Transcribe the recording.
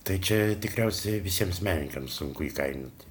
tai čia tikriausiai visiems menininkams sunku įkainoti